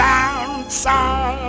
Downside